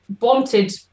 wanted